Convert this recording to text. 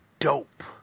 dope